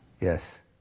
Yes